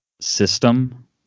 system